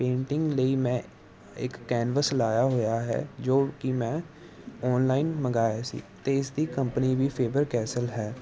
painting ਲਈ ਮੈਂ ਇੱਕ ਕੈਨਵਸ ਲਾਇਆ ਹੋਇਆ ਹੈ ਜੋ ਕਿ ਮੈਂ ਔਨਲਾਈਨ ਮੰਗਵਾਇਆ ਸੀ ਅਤੇ ਇਸ ਦੀ ਕੰਪਨੀ ਵੀ ਫੇਵਰ ਕੈਸਲ ਹੈ